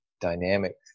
dynamic